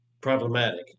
problematic